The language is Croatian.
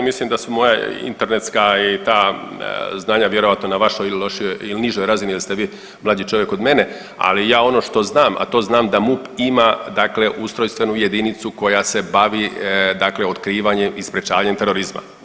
Mislim da su moje internetska i ta znanja vjerojatno na vašoj ili lošijoj ili nižoj razini jer ste vi mlađi čovjek od mene, ali ja ono što znam, a to znam da MUP ima dakle ustrojstvenu jedinicu koja se bavi dakle otkrivanjem i sprječavanjem terorizma.